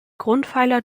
grundpfeiler